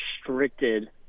restricted